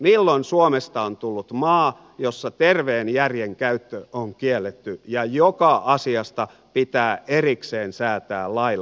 milloin suomesta on tullut maa jossa terveen järjen käyttö on kielletty ja joka asiasta pitää erikseen säätää lailla